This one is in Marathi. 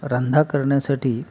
रंधा करण्यासाठी